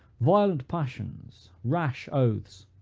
violent passions, rash oaths,